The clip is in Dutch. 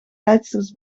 leidsters